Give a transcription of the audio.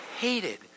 hated